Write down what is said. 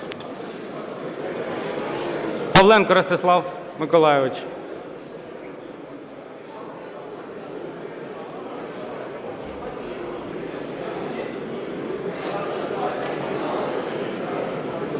Павленко Ростислав Миколайович.